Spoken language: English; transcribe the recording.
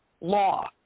law